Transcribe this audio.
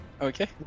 Okay